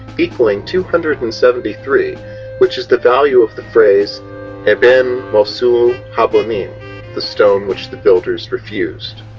equaling two hundred and seventy-three which is the value of the phrase ehben mosu habonim the stone which the builders refused.